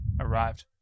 arrived